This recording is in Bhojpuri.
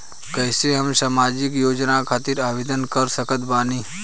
कैसे हम सामाजिक योजना खातिर आवेदन कर सकत बानी?